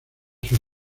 sus